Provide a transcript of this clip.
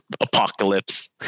apocalypse